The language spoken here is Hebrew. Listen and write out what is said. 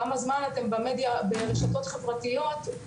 כמה זמן אתם במדיה ברשתות החברתיות,